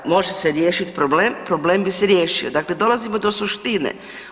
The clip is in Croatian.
Da može se riječi problem, problem bi se riješio, dakle dolazimo do suštine.